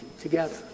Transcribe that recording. together